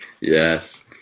Yes